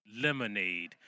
lemonade